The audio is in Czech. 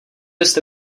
jste